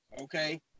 Okay